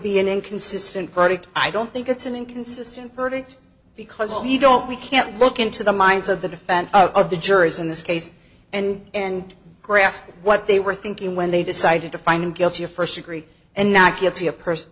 be an inconsistent verdict i don't think it's an inconsistent verdict because oh you don't we can't look into the minds of the defense of the jurors in this case and grasp what they were thinking when they decided to find him guilty of first degree and not get see a person